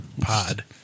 pod